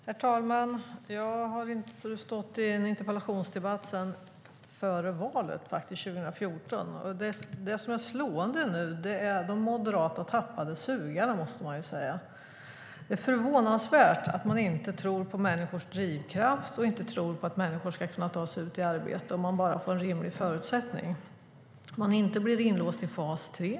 Herr talman! Jag har inte deltagit i någon interpellationsdebatt sedan före valet 2014. Det som nu är slående är de moderata tappade sugarna. Det är förvånansvärt att man inte tror på människors drivkraft och inte på att människor ska kunna ta sig ut i arbete om de bara får en rimlig förutsättning och inte blir inlåsta i fas 3.